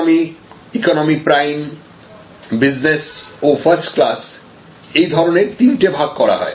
economic economy prime business ও first ক্লাসএই ধরনের তিনটে ভাগ করা হয়